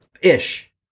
Ish